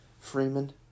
Freeman